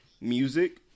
music